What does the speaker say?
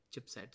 chipsets